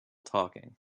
talking